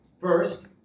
first